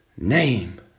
name